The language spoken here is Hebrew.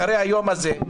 אחרי היום הזה,